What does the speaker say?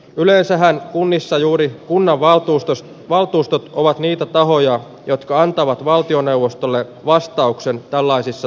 yleensähän kunnissa juuri kunnanvaltuustossa valtuustot ovat niitä tahoja jotka antavat valtioneuvostolle vastauksen tällaisissa